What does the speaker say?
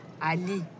Ali